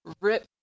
Rip